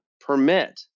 permit